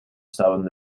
estaban